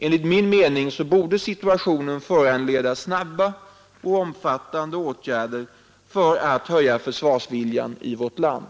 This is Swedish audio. Enligt min mening borde situationen föranleda snabba och omfattande åtgärder för att höja försvarsviljan i vårt land.